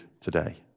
today